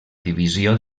divisió